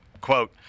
Quote